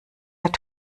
hat